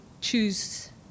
choose